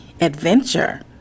adventure